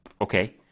okay